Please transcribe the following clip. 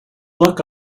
luck